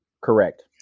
Correct